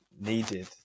needed